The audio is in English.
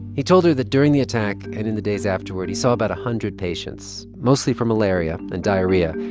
he told her that during the attack and in the days afterward, he saw about a hundred patients, mostly for malaria and diarrhea.